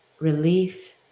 relief